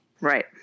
Right